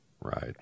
Right